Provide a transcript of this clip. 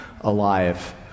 alive